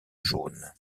jaunes